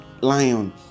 lion